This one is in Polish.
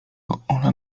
ona